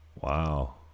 wow